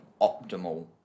optimal